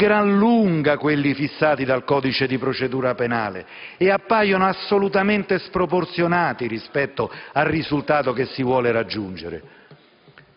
di gran lunga quelli fissati dal codice di procedura penale e appaiono assolutamente sproporzionati rispetto al risultato che si vuole raggiungere.